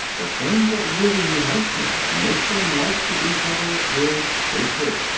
the thing that really unites men and makes them like to each other is hatred.